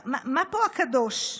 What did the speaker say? מה פה קדוש?